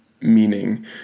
meaning